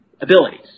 abilities